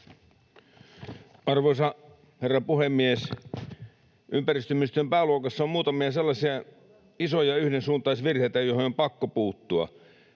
Arvoisa herra puhemies! Ympäristöministeriön pääluokassa on muutamia sellaisia isoja yhdensuuntaisvirheitä, joihin on pakko puuttua.